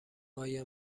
آیا